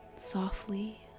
softly